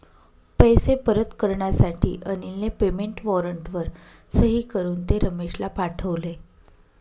पैसे परत करण्यासाठी अनिलने पेमेंट वॉरंटवर सही करून ते रमेशला पाठवले